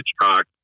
Hitchcock